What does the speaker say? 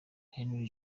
henri